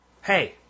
hey